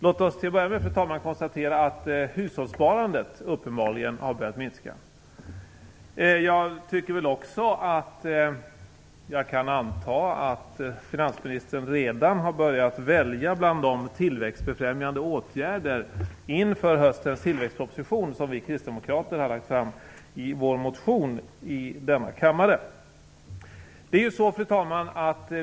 Låt oss konstatera, fru talman, att hushållssparandet uppenbarligen har börjat minska. Jag antar också att finansministern redan har börjat välja bland de tillväxtbefrämjande åtgärder inför höstens tillväxtproposition som vi kristdemokrater har lagt fram i vår motion i denna kammare. Fru talman!